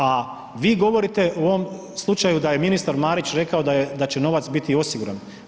A vi govorite u ovom slučaju da je ministar Marić rekao da je, da će novac biti osiguran.